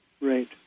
Right